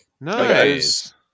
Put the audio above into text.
Nice